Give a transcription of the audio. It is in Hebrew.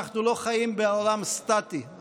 אנחנו לא חיים בעולם סטטי,